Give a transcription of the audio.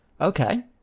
Okay